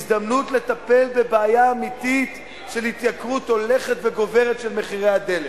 הזדמנות לטפל בבעיה אמיתית של התייקרות הולכת וגוברת של הדלק.